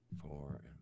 four